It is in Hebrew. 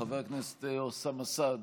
חבר הכנסת אוסאמה סעדי,